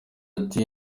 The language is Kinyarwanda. ati